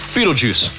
Beetlejuice